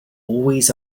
always